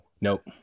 nope